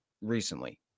recently